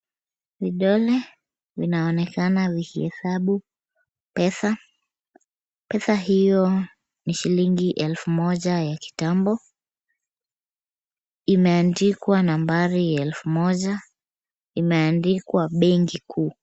Vidole vinaonekana vikihesabu pesa. Pesa hiyo ni shilingi elfu moja ya kitambo. Imeandikwa nambari ya elfu moja. Imeandikwa benki kuu.